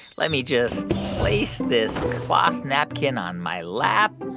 let me just place this cloth napkin on my lap.